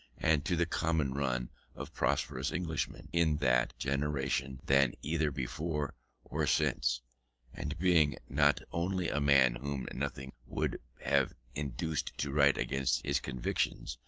and to the common run of prosperous englishmen, in that generation than either before or since and being not only a man whom nothing would have induced to write against his convictions,